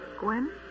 Gwen